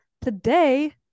today